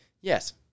Yes